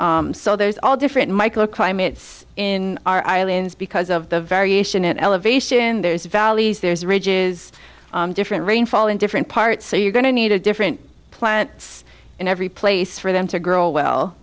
zones so there's all different microclimates in our islands because of the variation in elevation there's valleys there's ridges different rainfall in different parts so you're going to need a different plants in every place for them to grow well